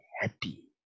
happy